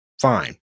fine